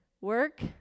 work